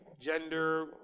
gender